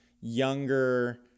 younger